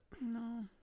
No